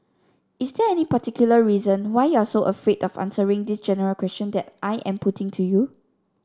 is there any particular reason why you are so afraid of answering this general question that I am putting to you